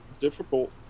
difficult